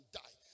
die